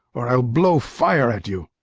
or i'll blow fire at you!